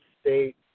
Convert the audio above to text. state